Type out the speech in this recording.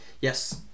Yes